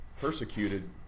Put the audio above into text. persecuted